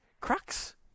crux